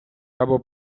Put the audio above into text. або